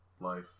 Life